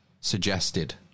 Suggested